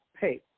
hey